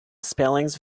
spellings